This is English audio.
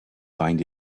find